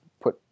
put